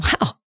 wow